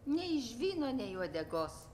nei žvyno nei uodegos